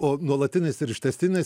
o nuolatinės ir ištęstinės